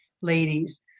ladies